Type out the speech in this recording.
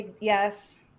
Yes